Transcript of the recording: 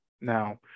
Now